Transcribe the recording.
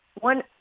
one